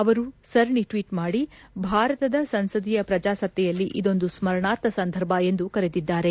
ಅವರು ಸರಣಿ ಟ್ವೀಟ್ ಮಾಡಿ ಭಾರತದ ಸಂಸದೀಯ ಪ್ರಜಾಸತ್ತೆಯಲ್ಲಿ ಇದೊಂದು ಸ್ಪರಣಾರ್ಥ ಸಂದರ್ಭ ಎಂದು ಕರೆದಿದ್ದಾರೆ